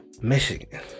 Michigan